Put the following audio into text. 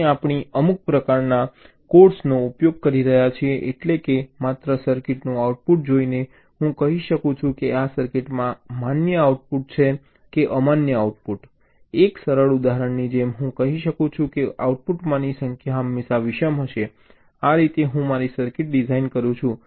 અહીં આપણે અમુક પ્રકારના કોડ્સનો ઉપયોગ કરી રહ્યા છીએ એટલે કે માત્ર સર્કિટનું આઉટપુટ જોઈને હું કહી શકું છું કે આ સર્કિટમાં માન્ય આઉટપુટ છે કે અમાન્ય આઉટપુટ એક સરળ ઉદાહરણની જેમ હું કહી શકું છું કે આઉટપુટમાંની સંખ્યા હંમેશા વિષમ હશે આ રીતે હું મારી સર્કિટ ડિઝાઇન કરું છું